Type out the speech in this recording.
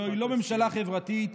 זוהי לא ממשלה חברתית,